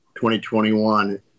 2021